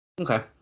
Okay